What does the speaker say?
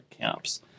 camps